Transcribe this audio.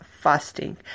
fasting